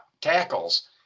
tackles